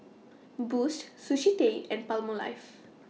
Boost Sushi Tei and Palmolive